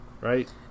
Right